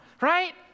Right